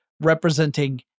representing